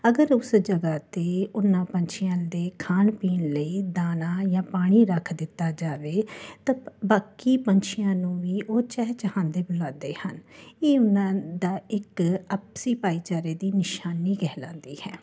ਅਗਰ ਉਸ ਜਗ੍ਹਾ 'ਤੇ ਉਹਨਾਂ ਪੰਛੀਆਂ ਦੇ ਖਾਣ ਪੀਣ ਲਈ ਦਾਣਾ ਜਾਂ ਪਾਣੀ ਰੱਖ ਦਿੱਤਾ ਜਾਵੇ ਤਾਂ ਬਾਕੀ ਪੰਛੀਆਂ ਨੂੰ ਵੀ ਉਹ ਚਹਿਚਹਾਉਂਦੇ ਬੁਲਾਉਂਦੇ ਹਨ ਇਹ ਉਹਨਾਂ ਦਾ ਇੱਕ ਆਪਸੀ ਭਾਈਚਾਰੇ ਦੀ ਨਿਸ਼ਾਨੀ ਕਹਿਲਾਉਂਦੀ ਹੈ